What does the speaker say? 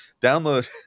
download